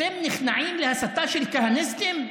אתם נכנעים להסתה שלי כהניסטים?